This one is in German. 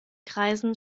kreisen